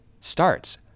starts